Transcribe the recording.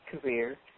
career